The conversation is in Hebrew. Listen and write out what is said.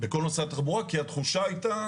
בכל נושא התחבורה, כי התחושה הייתה